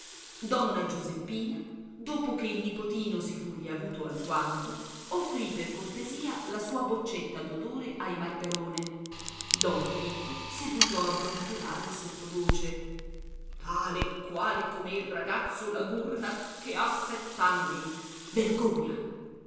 donna giuseppina dopo che il nipotino si fu riavuto alquanto offrì per cortesia la sua boccetta d'odore ai margarone don filippo seguitò a brontolare sottovoce tale e quale come il ragazzo la gurna che ha sett'anni vergogna